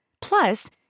Plus